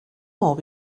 more